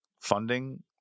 funding